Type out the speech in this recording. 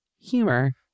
humor